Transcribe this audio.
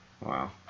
Wow